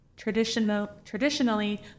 traditionally